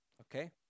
Okay